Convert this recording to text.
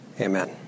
Amen